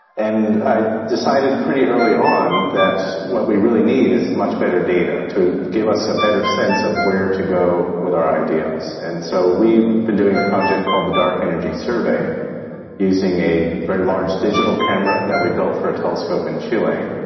and i decided pretty early on that what we really need is much better data to give us a better sense of where to go with our ideas. and so we've been doing a project called the dark energy survey using a very large digital camera that we built for a telescope in chile.